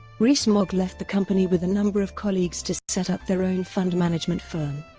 rees-mogg left the company with a number of colleagues to set up their own fund management firm,